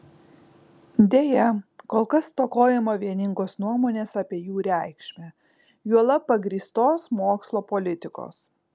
deja kol kas stokojama vieningos nuomonės apie jų reikšmę juolab pagrįstos mokslo politikos